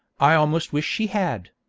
i almost wish she had!